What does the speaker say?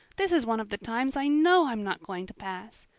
this is one of the times i know i'm not going to pass.